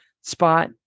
spot